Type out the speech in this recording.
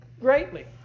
greatly